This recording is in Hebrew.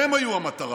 הן היו המטרה,